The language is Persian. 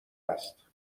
است